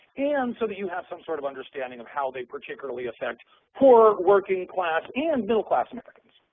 and so that you have some sort of understanding of how they particularly effect poor, working class, and middle class americans.